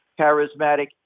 charismatic